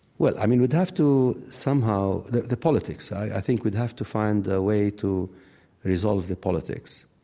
well, i mean, we'd have to somehow the the politics, i think, we'd have to find a way to resolve the politics.